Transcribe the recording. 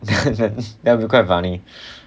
ya ya that will be quite funny